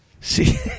See